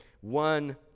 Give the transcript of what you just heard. one